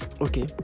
okay